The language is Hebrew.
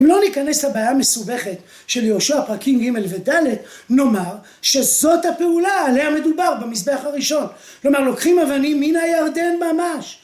אם לא ניכנס לבעיה המסובכת של יהושע פרקים ג' וד', נאמר, שזאת הפעולה עליה מדובר במזבח הראשון. כלומר, לוקחים אבנים מן הירדן ממש.